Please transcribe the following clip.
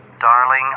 Darling